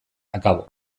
akabo